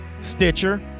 Stitcher